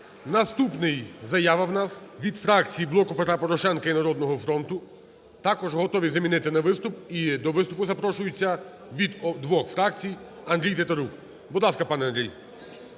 Наступна заява у нас від фракції "Блоку Петра Порошенка" і "Народного фронту", також готові замінити на виступ. До виступу запрошується від двох фракцій Андрій Тетерук.